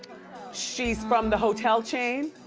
she's from the hotel chain.